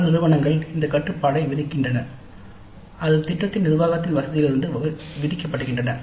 பல நிறுவனங்கள் இந்த கட்டுப்பாட்டை விதிக்கின்றன அது திட்டத்தின் நிர்வாகத்தின் வசதியிலிருந்து விதிக்கப்படுகின்றன